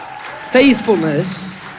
Faithfulness